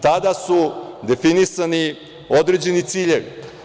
Tada su definisani određeni ciljevi.